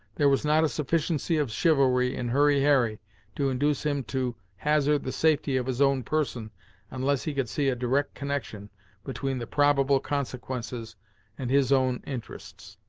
there was not a sufficiency of chivalry in hurry harry to induce him to hazard the safety of his own person unless he could see a direct connection between the probable consequences and his own interests.